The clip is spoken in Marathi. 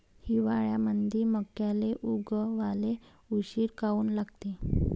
हिवाळ्यामंदी मक्याले उगवाले उशीर काऊन लागते?